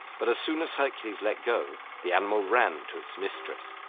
but as soon as hercules let go, the animal ran to its mistress.